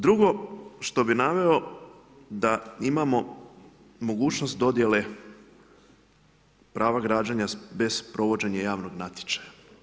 Drugo, što bi naveo, da imamo, mogućnost dodjele prava građenja bez provođenja javnog natječaja.